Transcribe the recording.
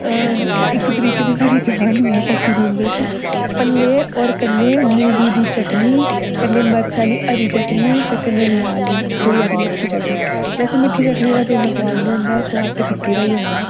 इक तरीके दे साढ़ी जान गै फसी दी उंदे च भल्ले और कन्नै मूली दी चटनी कन्नै मर्च आहली हरी चटनी ते कन्नै लाल मिर्च ते थोह्ड़ी सारी मिट्ठी चटनी बैसै मिट्ठी चटनी दा इन्ना स्बाद नेई होंदा ऐ स्बाद ते खट्टी दा गै होंदा ऐ